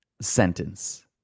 sentence